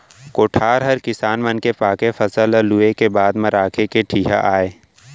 कोठार हर किसान मन के पाके फसल ल लूए के बाद म राखे के ठिहा आय